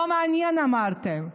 לא מעניין, אמרתם.